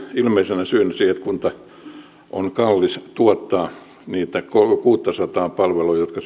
ilmeisenä syynä siihen että kunnalle on kallista tuottaa niitä kuuttasataa palvelua jotka